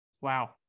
Wow